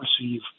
receive